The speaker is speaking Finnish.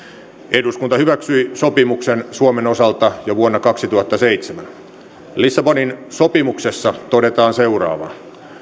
eduskunta hyväksyi sopimuksen suomen osalta jo vuonna kaksituhattaseitsemän lissabonin sopimuksessa todetaan seuraavaa